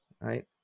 right